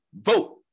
vote